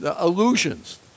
illusions